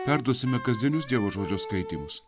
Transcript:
perduosime kasdienius dievo žodžio skaitymus